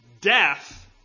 death